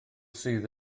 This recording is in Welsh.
sydd